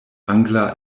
angla